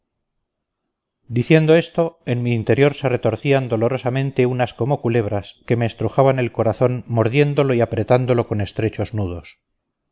diciendo esto en mi interior se retorcían dolorosamente unas como culebras que me estrujaban el corazón mordiéndolo y apretándolo con estrechos nudos